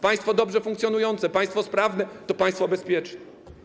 Państwo dobrze funkcjonujące, państwo sprawne to państwo bezpieczne.